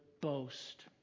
boast